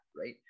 right